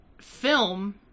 film